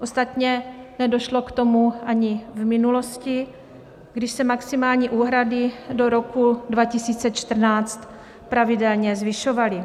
Ostatně nedošlo k tomu ani v minulosti, když se maximální úhrady do roku 2014 pravidelně zvyšovaly.